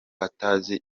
atazi